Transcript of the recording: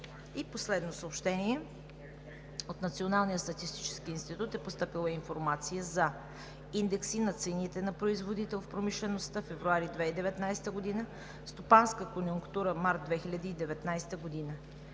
Народното събрание. От Националния статистически институт е постъпила информация за: индекси на цените на производител в промишлеността февруари 2019 г., стопанска конюнктура март 2019 г.